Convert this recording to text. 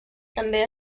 també